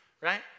right